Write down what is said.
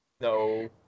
No